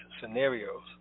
scenarios